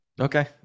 Okay